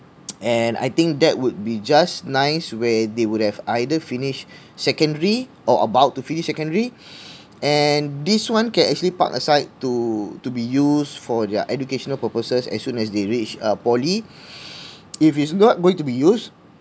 and I think that would be just nice where they would have either finished secondary or about to finish secondary and this one can actually park aside to to be used for their educational purposes as soon as they reached uh poly if it's not going to be used